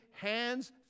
hands